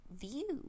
view